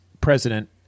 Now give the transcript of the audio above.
president